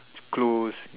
close